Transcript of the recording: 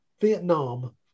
Vietnam